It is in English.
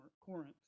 Corinth